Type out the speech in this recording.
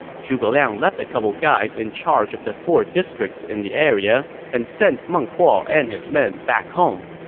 zhuge liang left a couple guys in charge of the four districts in the area and sent meng huo and his men back home,